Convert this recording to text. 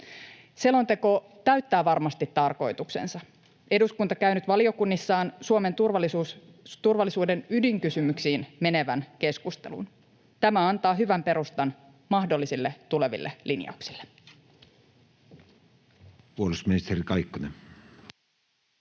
Selonteko täyttää varmasti tarkoituksensa. Eduskunta käy nyt valiokunnissaan Suomen turvallisuuden ydinkysymyksiin menevän keskustelun. Tämä antaa hyvän perustan mahdollisille tuleville linjauksille.